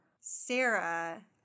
Sarah